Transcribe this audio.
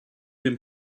dem